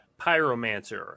pyromancer